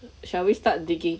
shall we start digging